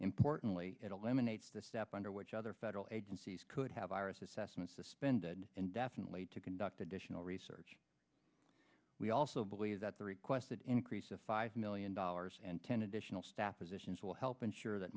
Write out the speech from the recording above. importantly it eliminates the step under which other federal agencies could have our assessments suspended indefinitely to conduct additional research we also believe that the requested increase of five million dollars and ten additional staff positions will help ensure that